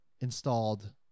installed